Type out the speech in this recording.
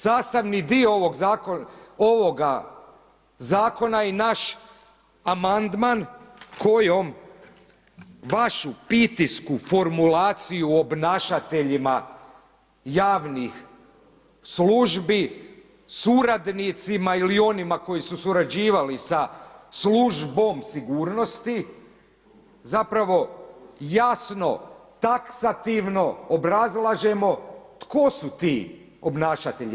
Sastavni dio ovog Zakona je i naš amandman kojim vašu ... formulaciju obnašateljima javnih službi, suradnicima ili onima koji su surađivali sa službom sigurnosti zapravo jasno taksativno obrazlažemo tko su ti obnašatelji.